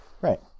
Right